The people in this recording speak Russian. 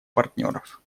партнеров